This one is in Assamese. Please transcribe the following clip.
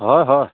হয় হয়